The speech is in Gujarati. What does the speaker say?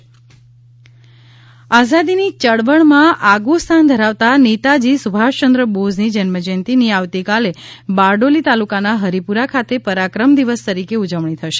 પરાક્રમ દિવસ રાજ્ય આઝાદીની ચળવળમાં આગવું સ્થાન ધરાવતાં નેતાજી સુભાષચંદ્ર બોઝની જન્મજયંતીની આવતીકાલે બારડોલી તાલુકાના હરિપુરા ખાતે પરાક્રમ દિવસ તરીકે ઉજવણી થશે